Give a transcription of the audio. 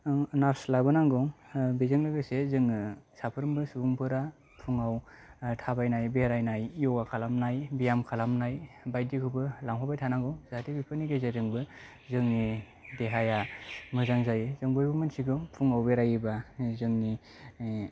nurse लाबोनांगौ बेजों लोगोसे जोङो साफ्रोमबो सुबुंफोरा फुंआव थाबायनाय बेरायनाय यगा खालामनाय बियाम खालामनाय बायदिखौबो लांफाबाय थानांगौ जाहाथे बेफोरनि गेजेरजोंबो जोंनि देहाया मोजां जायो जों बयबो मोन्थिगौ फुङाव बेरायोबा जोंनि